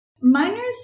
Miners